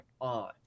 on